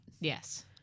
Yes